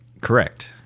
correct